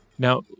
Now